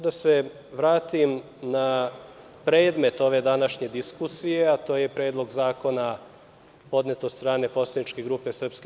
Da se vratim na predmet ove današnje diskusije, a to je Predlog zakona podnet od strane poslaničke grupe SNS.